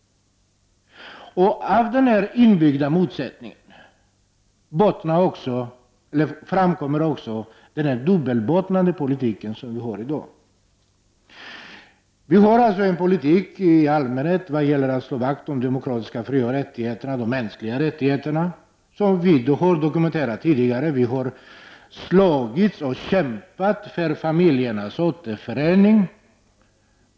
All denna inbyggda motsättning framkommer också i den dubbelbottnade politik som vi har i dag. Vi för alltså en politik i allmänhet för att slå vakt om de demokratiska frioch rättigheterna och de mänskliga rättigheterna. Det har dokumenterats tidigare. Vi har kämpat för att familjer skall kunna återförenas.